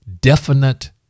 definite